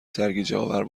سرگیجهآور